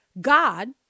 God